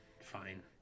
Fine